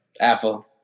Apple